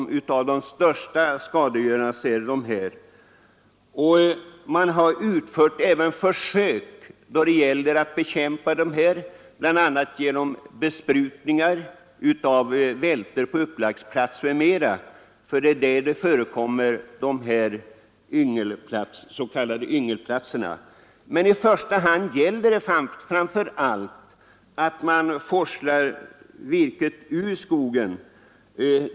Man har även utfört försök att bekämpa dessa bl.a. genom besprutning av vältor, på upplagsplatser etc. där de s.k. yngelplatserna förekommer. Men det viktigaste är att forsla virket ut ur skogen.